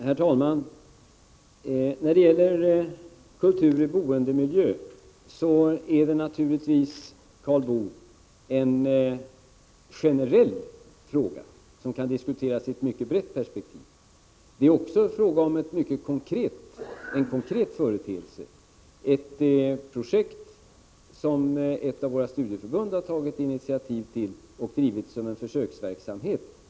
Herr talman! När det gäller kultur i boendemiljö är det naturligtvis, Karl Boo, en generell fråga som kan diskuteras i ett mycket brett perspektiv. Det är också fråga om en mycket konkret företeelse, ett projekt som ett av våra studieförbund har tagit initiativ till och drivit som en försöksverksamhet.